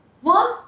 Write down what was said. One